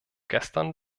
gestern